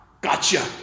gotcha